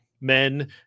men